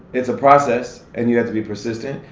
it's a process, and you have to be persistent,